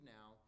now